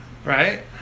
Right